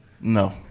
No